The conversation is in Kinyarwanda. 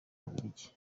bubiligi